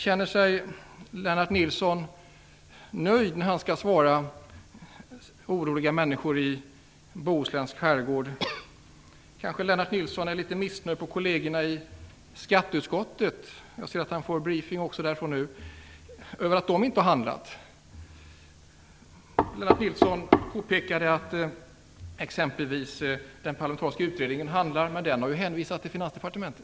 Känner sig Lennart Nilsson nöjd när han skall svara oroliga människor i Bohusläns skärgård? Lennart Nilsson kanske är litet missnöjd med kollegerna i skatteutskottet - jag ser att han får briefing därifrån nu - för att de inte har handlat? Lennart Nilsson påpekade att exempelvis den parlamentariska utredningen handlar. Men den har ju hänvisat till Finansdepartementet.